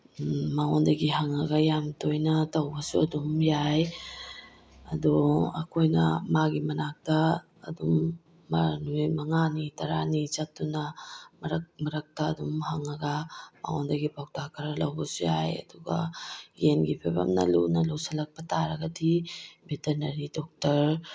ꯃꯉꯣꯟꯗꯒꯤ ꯍꯪꯂꯒ ꯌꯥꯝ ꯇꯣꯏꯅ ꯇꯧꯕꯁꯨ ꯑꯗꯨꯝ ꯌꯥꯏ ꯑꯗꯣ ꯑꯩꯈꯣꯏꯅ ꯃꯥꯒꯤ ꯃꯅꯥꯛꯇ ꯑꯗꯨꯝ ꯃꯥ ꯅꯨꯃꯤꯠ ꯃꯉꯥꯅꯤ ꯇꯔꯥꯅꯤ ꯆꯠꯇꯨꯅ ꯃꯔꯛ ꯃꯔꯛꯇ ꯑꯗꯨꯝ ꯍꯪꯂꯒ ꯃꯉꯣꯟꯗꯒꯤ ꯄꯥꯎꯇꯥꯛ ꯈꯔ ꯂꯧꯕꯁꯨ ꯌꯥꯏ ꯑꯗꯨꯒ ꯌꯦꯟꯒꯤ ꯐꯤꯕꯝꯅ ꯂꯨꯅ ꯂꯨꯁꯤꯜꯂꯛꯄ ꯇꯥꯔꯒꯗꯤ ꯕꯦꯇꯅꯔꯤ ꯗꯣꯛꯇꯔ